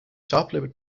sharply